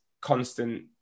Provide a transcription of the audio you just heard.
constant